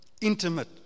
intimate